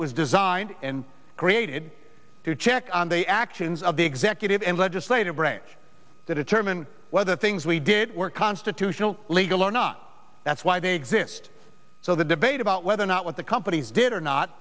was designed and created to check on the actions of the executive and legislative branch that a term and whether things we did were constitutional legal or not that's why they exist so the debate about whether or not what the companies did or not